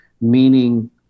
meaning